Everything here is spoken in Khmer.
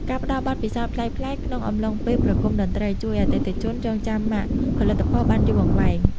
ការផ្តល់បទពិសោធន៍ប្លែកៗ ក្នុងអំឡុងពេលប្រគំតន្ត្រី ជួយឱ្យអតិថិជនចងចាំម៉ាកផលិតផលបានយូរអង្វែង។